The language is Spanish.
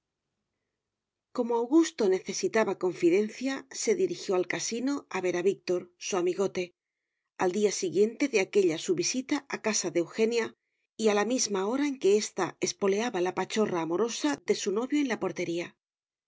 como augusto necesitaba confidencia se dirigió al casino a ver a víctor su amigote al día siguiente de aquella su visita a casa de eugenia y a la misma hora en que ésta espoleaba la pachorra amorosa de su novio en la portería